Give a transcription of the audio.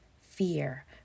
fear